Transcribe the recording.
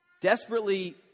Desperately